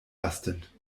lastend